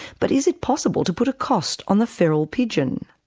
but is it possible to put a cost on the feral pigeon?